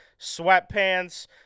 sweatpants